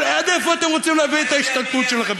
אבל עד איפה אתם רוצים להביא את ההשתלטות שלכם?